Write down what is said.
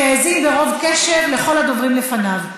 שהאזין ברוב קשב לכל הדוברים לפניו.